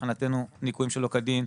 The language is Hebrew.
מבחינתנו ניכויים שלא כדין,